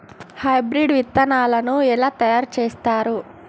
Hybrid విత్తనాలను ఎలా తయారు చేస్తారు?